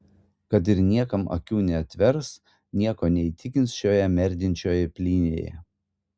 kad ir niekam akių neatvers nieko neįtikins šioje merdinčioj plynėje